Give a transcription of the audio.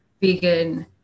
vegan